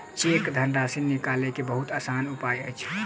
cheque धनराशि निकालय के बहुत आसान उपाय अछि